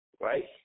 Right